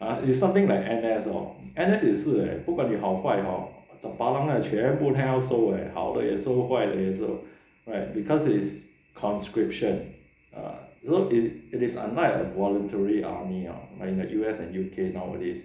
ha it's something like N_S lor N_S 也是耶不管你好坏全部他都要收耶好的也收坏的也收 right because it's conscription ah it is unlike the voluntary army ah like the U_S and U_K nowadays